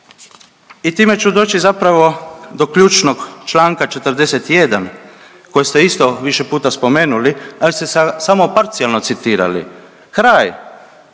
I time ću doći zapravo do ključnog članka 41. kojeg ste isto više puta spomenuli, ali ste samo parcijalno citirali. Kraj